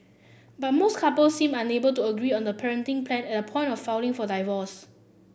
but most couples seemed unable to agree on the parenting plan at the point of filing for divorce